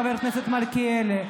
חבר הכנסת מלכיאלי,